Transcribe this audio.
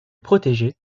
protégé